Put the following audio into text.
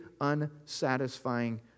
unsatisfying